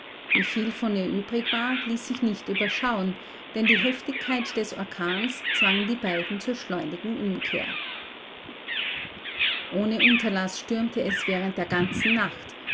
wieviel von ihr übrig war ließ sich nicht überschauen denn die heftigkeit des orkans zwang die beiden zur schleunigen umkehr ohne unterlaß stürmte es während der ganzen nacht